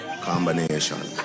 Combination